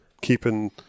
keeping